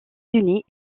unis